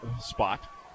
spot